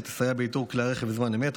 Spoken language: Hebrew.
שתסייע באיתור כלי הרכב בזמן אמת,